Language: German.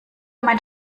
mein